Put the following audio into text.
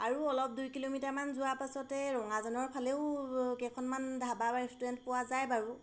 আৰু অলপ দুই কিলোমিটাৰমান যোৱাৰ পাছতে ৰঙাজনৰ ফালেও কেইখনমান ধাবা বা ৰেষ্টুৰেণ্ট পোৱা যায় বাৰু